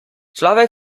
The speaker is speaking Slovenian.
človek